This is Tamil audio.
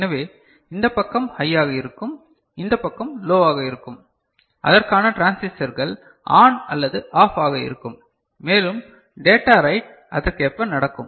எனவே இந்த பக்கம் ஹையாக இருக்கும் இந்த பக்கம் லோவாக இருக்கும் அதற்கான டிரான்சிஸ்டர்கள் ஆன் அல்லது ஆஃப் ஆக இருக்கும் மேலும் டேட்டா ரைட் அதற்கேற்ப நடக்கும்